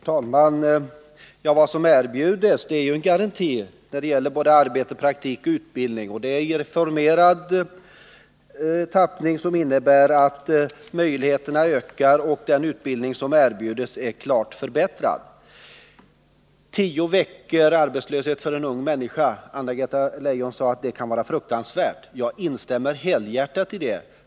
Herr talman! Vad som erbjuds är ju en garanti när det gäller arbete och praktik och utbildning, och sådana ges i en reformerad tappning, som innebär att möjligheterna ökar och att den utbildning som erbjuds är klart förbättrad. Anna-Greta Leijon sade att tio veckors arbetslöshet kan vara fruktansvärt för en ung människa. Jag instämmer helhjärtat i det.